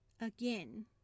again